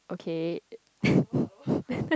okay